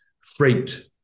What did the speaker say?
freight